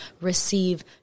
receive